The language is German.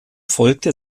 folgte